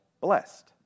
blessed